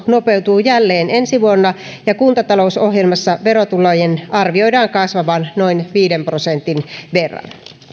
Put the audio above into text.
nopeutuu jälleen ensi vuonna ja kuntatalousohjelmassa verotulojen arvioidaan kasvavan noin viiden prosentin verran